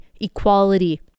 equality